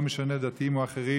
לא משנה דתיים או אחרים,